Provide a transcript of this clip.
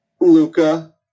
Luca